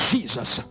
Jesus